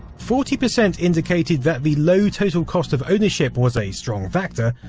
forty percent indicated that the low total cost of ownership was a strong factor,